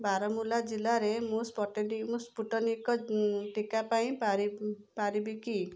ବାରମୁଲ୍ଲା ଜିଲ୍ଲାରେ ମୁଁ ସ୍ପଟେନି ମୁଁ ସ୍ପୁଟନିକ୍ ଟିକା ପାଇ ପାରି ପାରିବି କି